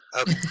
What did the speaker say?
Okay